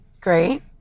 Great